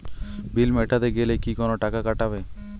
বিল মেটাতে গেলে কি কোনো টাকা কাটাবে?